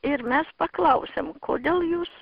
ir mes paklausėm kodėl jūs